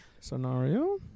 Scenario